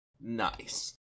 Nice